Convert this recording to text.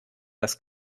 das